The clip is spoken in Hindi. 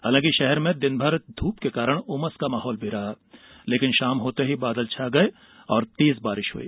इंदौर षहर में दिनभर ध्रप के कारण उमस का माहौल रहा लेकिन षाम होते ही बादल छा गए और तेज बारिश हुई